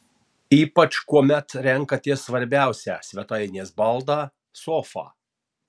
ypač kuomet renkatės svarbiausią svetainės baldą sofą